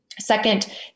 Second